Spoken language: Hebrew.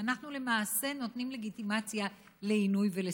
אנחנו למעשה נותנים לגיטימציה לעינוי ולסבל.